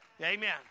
Amen